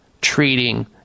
treating